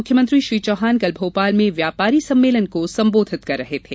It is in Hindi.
मुख्यमंत्री श्री चौहान कल भोपाल में व्यापारी सम्मेलन को संबोधित कर रहे थे